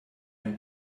ein